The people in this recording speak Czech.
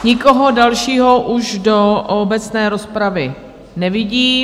Nikoho dalšího už do obecné rozpravy nevidím.